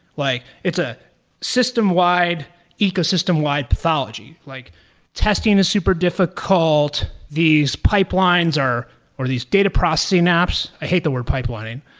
like it's a system-wide ecosystem why pathology, like testing is super difficult. these pipelines are or these data processing apps. i hate the word pipeline.